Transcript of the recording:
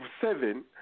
seven